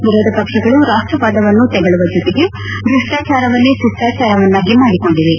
ವಿರೋಧ ಪಕ್ಷಗಳು ರಾಷ್ಟವಾದವನ್ನು ತೆಗಳುವ ಜೊತೆಗೆ ಭ್ರಷ್ಟಾಚಾರವನ್ನೇ ಶಿಷ್ಣಾಚಾರವನ್ನಾಗಿ ಮಾಡಿಕೊಂಡಿವೆ